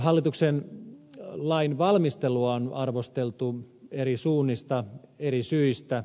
hallituksen lainvalmistelua on arvosteltu eri suunnista eri syistä